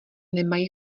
nemají